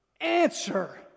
answer